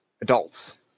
adults